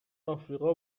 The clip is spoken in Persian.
آفریقا